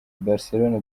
barcelona